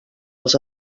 als